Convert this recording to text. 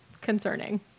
concerning